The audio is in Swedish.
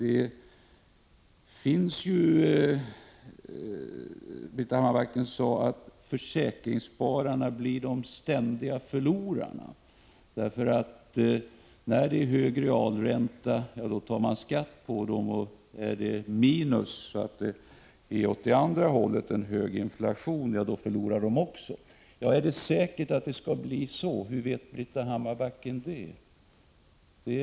Britta Hammarbacken sade att försäkrings 145 spararna blir de ständiga förlorarna. Hon menade att dessa får betala mera i skatt om realräntan är hög och att det också blir de som förlorar när räntan är låg men inflationen i stället är hög. Är det säkert att det blir så som Britta Hammarbacken befarar, och hur vet hon det?